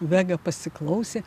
vega pasiklausė